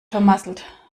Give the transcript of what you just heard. vermasselt